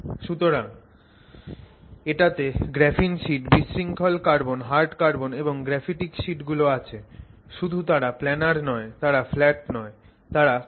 সুতরাং এটাতে graphene sheet বিশৃঙ্খল কার্বন হার্ড কার্বন এবং গ্রাফিটিক শিট গুলো আছে শুধু তারা planar নয় তারা flat নয় তারা coiled